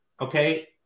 okay